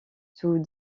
sous